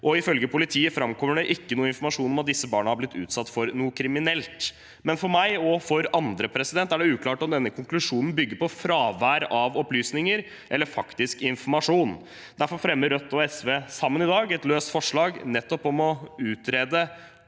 ifølge politiet framkommer det ingen informasjon om at disse barna har blitt utsatt for noe kriminelt. Men for meg og for andre er det uklart om denne konklusjonen bygger på fravær av opplysninger eller på faktisk informasjon. Derfor fremmer Rødt og SV sammen i dag et løst forslag nettopp om å utrede